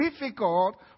difficult